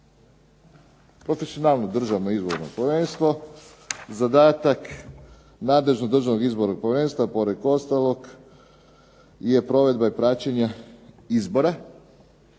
profesionalno Državno izborno povjerenstvo. Zadatak nadležnog državnog izbornog povjerenstva pored ostalog je provedba i praćenje izbora,